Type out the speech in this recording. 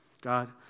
God